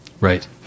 right